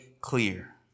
clear